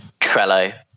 Trello